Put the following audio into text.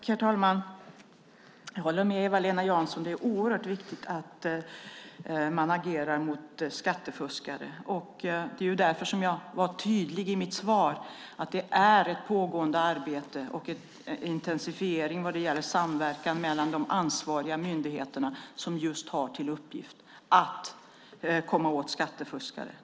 Herr talman! Jag håller med Eva-Lena Jansson om att det är oerhört viktigt att man agerar mot skattefuskare. Därför var jag tydlig i mitt svar. Detta är ett pågående arbete, och det pågår en intensifiering i samverkan mellan de ansvariga myndigheterna som just har till uppgift att komma åt skattefuskare.